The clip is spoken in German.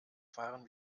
fahren